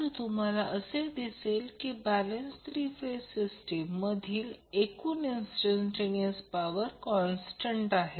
तर line voltage V जे हा Vab आहे मुळात हे फेज व्होल्टेज हे लाईन व्होल्टेज सारखेच आहे